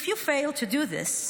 If you fail to do this,